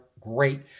great